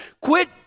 Quit